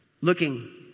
looking